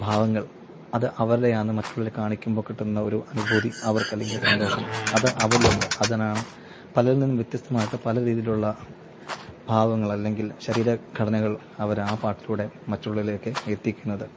ഭാവങ്ങൾ അത് അവരുടെയാണെന്ന് മറ്റുള്ളവരെ കാണിക്കുമ്പോള് കിട്ടുന്ന ഒരു അനുഭൂതി അവർക്കല്ലെങ്കിൽ സന്തോഷം അത് അവരിലുണ്ട് അതിനാണ് പലരിൽ നിന്നും വ്യത്യസ്തമായിട്ട് പലരീതിയിലുള്ള ഭാവങ്ങൾ അല്ലെങ്കിൽ ശരീരഘടനകൾ അവരാ പാട്ടിലൂടെ മറ്റുള്ളവരിലേക്ക് എത്തിക്കുന്നത്